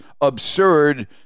absurd